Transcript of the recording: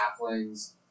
halflings